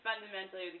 fundamentally